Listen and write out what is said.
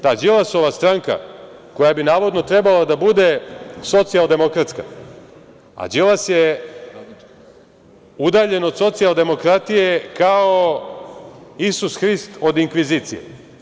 Ta Đilasova stranka koja bi navodno trebala da bude socijaldemokratska, a Đilas je udaljen od socijaldemokratije kao Isus Hrist od inkvizicije.